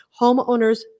homeowners